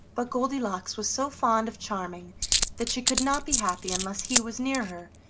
but goldilocks was so fond of charming that she could not be happy unless he was near her,